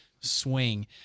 swing